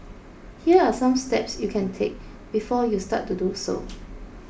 here are some steps you can take before you start to do so